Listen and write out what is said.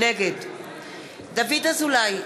נגד דוד אזולאי,